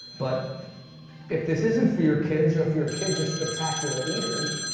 but if this isn't for your kids or if your kids are spectacular eaters,